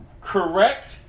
correct